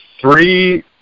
three